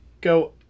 go